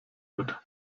mit